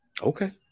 Okay